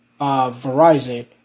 Verizon